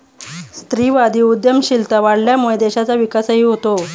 स्त्रीवादी उद्यमशीलता वाढल्यामुळे देशाचा विकासही होतो